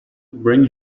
bring